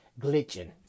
glitching